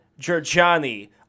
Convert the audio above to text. Giorgiani